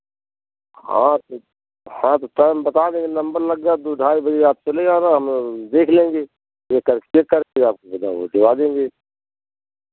हाँ तो हाँ तो टाइम बता देंगे नंबर लग गया दो ढाई बजे आप चले आना हम देख लेंगे चेक करके आपको दिला देंगे